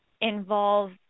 involve